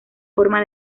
forma